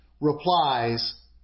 replies